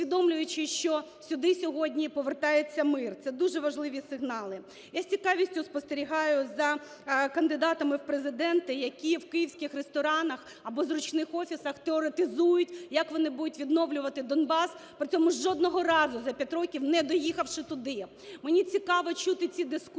усвідомлюючи, що сюди сьогодні повертається мир. Це дуже вадливі сигнали. Я з цікавістю спостерігаю за кандидатами в Президенти, які в київських ресторанах або в зручних офісах теоретизують, як вони будуть відновлювати Донбас, при цьому жодного разу за 5 років не доїхавши туди. Мені цікаво чути ці дискусії